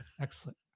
excellent